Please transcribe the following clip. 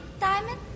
diamond